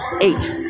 Eight